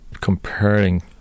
comparing